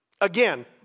Again